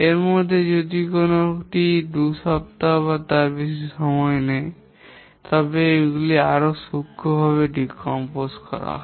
এর মধ্যে যদি এর কোনওটি দুই সপ্তাহে বা বেশি সময় নেয় তবে এগুলি আরও সূক্ষ্ম স্তরে পচনশীল হয়